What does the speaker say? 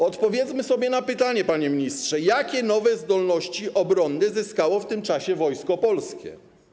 Odpowiedzmy sobie na pytanie, panie ministrze, jakie nowe zdolności obronne zyskało w tym czasie Wojsko Polskie.